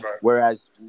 whereas